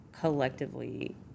collectively